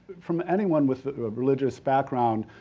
from anyone with a religious background,